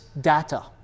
data